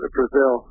Brazil